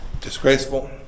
disgraceful